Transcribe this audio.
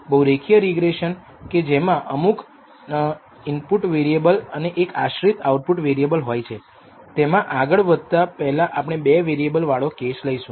બહુ રેખીય રીગ્રેશન કે જેમાં અમુક ઈનપુટ વેરિએબલ અને એક આશ્રિત આઉટપુટ વેરીએબલ હોય છે તેમાં આગળ વધતા પહેલા આપણે 2 વેરીએબલ વાળો કેસ લઈશું